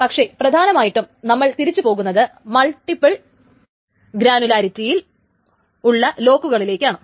പക്ഷേ പ്രധാനമായിട്ടും നമ്മൾ തിരിച്ചു പോകുന്നത് മൾട്ടിബിൾ ഗ്രാനുലാരിറ്റിയിൽ ഉള്ള ലോക്കുകളിലേക്കാണ്